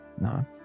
no